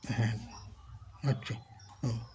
হ্যাঁ আচ্ছা ও